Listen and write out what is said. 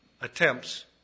attempts